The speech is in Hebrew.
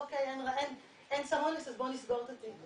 "אוקי, אין סם אונס אז בואו נסגור את התיק".